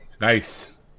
Nice